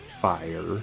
fire